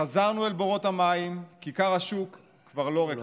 חזרנו אל בורות המים, כיכר השוק כבר לא ריקה.